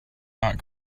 not